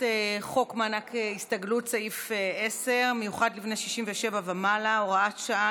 הצעת חוק מענק הסתגלות מיוחד לבני 67 ומעלה (הוראת שעה,